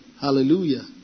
Hallelujah